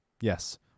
yes